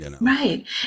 Right